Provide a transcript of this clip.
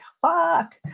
fuck